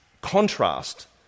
contrast